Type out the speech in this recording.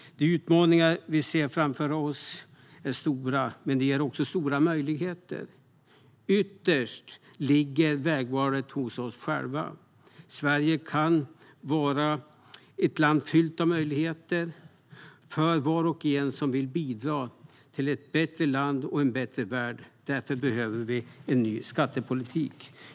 De utmaningar som vi ser framför oss är stora, men de ger också stora möjligheter. Ytterst ligger vägvalet hos oss själva. Sverige kan vara ett land fyllt av möjligheter för var och en som vill bidra till ett bättre land och en bättre värld. Därför behöver vi en ny skattepolitik.